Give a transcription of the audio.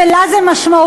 ולה זה משמעותי.